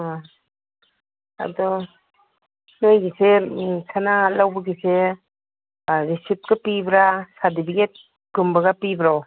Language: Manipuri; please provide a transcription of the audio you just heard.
ꯑꯥ ꯑꯗꯨ ꯅꯣꯏꯒꯤꯁꯦ ꯁꯅꯥ ꯂꯧꯕꯒꯤꯁꯦ ꯑꯥ ꯔꯤꯁꯤꯞꯁꯨ ꯄꯤꯕ꯭ꯔꯥ ꯁꯥꯔꯗꯤꯕꯤꯒꯦꯠ ꯀꯨꯝꯕꯒ ꯄꯤꯕ꯭ꯔꯣ